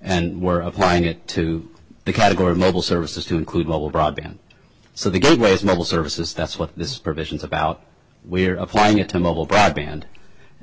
and we're applying it to the category of mobile services to include mobile broadband so the gateway is mobile services that's what this provisions about we're applying it to mobile broadband